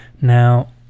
Now